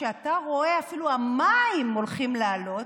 כשאתה רואה שאפילו המים הולכים לעלות,